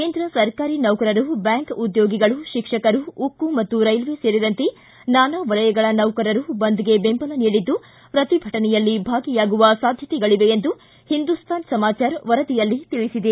ಕೇಂದ್ರ ಸರ್ಕಾರಿ ನೌಕರರು ಬ್ಯಾಂಕ್ ಉದ್ಯೋಗಿಗಳು ಶಿಕ್ಷಕರು ಉಕ್ಕು ಮತ್ತು ರೈಲ್ವೆ ಸೇರಿದಂತೆ ನಾನಾ ವಲಯಗಳ ನೌಕರರು ಬಂದ್ಗೆ ಬೆಂಬಲ ನೀಡಿದ್ದು ಪ್ರತಿಭಟನೆಯಲ್ಲಿ ಭಾಗಿಯಾಗುವ ಸಾಧ್ಯತೆಗಳಿವೆ ಎಂದು ಹಿಂದೂಸ್ತಾನ್ ಸಮಾಚಾರ ವರದಿಯಲ್ಲಿ ತಿಳಿಸಿದೆ